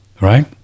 right